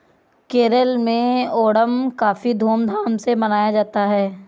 केरल में ओणम काफी धूम धाम से मनाया जाता है